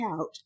out